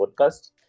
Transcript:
podcast